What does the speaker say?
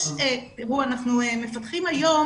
אנחנו מפתחים היום